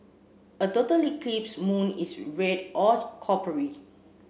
a totally eclipse moon is red or coppery